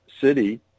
city